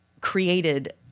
created